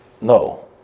No